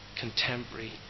contemporary